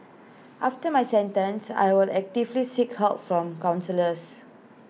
after my sentence I will actively seek help from counsellors